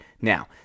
Now